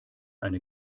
eine